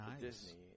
Disney